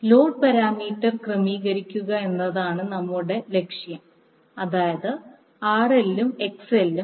load parameter ക്രമീകരിക്കുക എന്നതാണ് നമ്മളുടെ ലക്ഷ്യം അതായത് RL ഉം XL ഉം